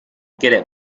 get